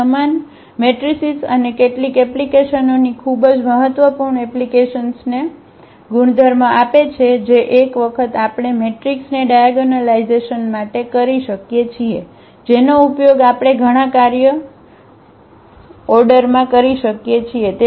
આ સમાન મેટ્રિસીસ અને કેટલીક એપ્લિકેશનોની ખૂબ જ મહત્વપૂર્ણ એપ્લિકેશંસને ગુણધર્મ આપે છે જે એક વખત આપણે મેટ્રિક્સને ડાયાગોનલાઇઝેશન માટે કરી શકીએ છીએ જેનો ઉપયોગ આપણે ઘણા કાર્ય ઓર્ડરમાં કરી શકીએ છીએ